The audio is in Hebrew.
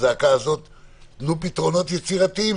תנו פתרונות יצירתיים,